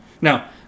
Now